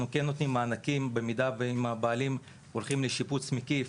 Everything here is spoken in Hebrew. כן נותנים מענקים במידה והבעלים הולכים לשיפוץ מקיף.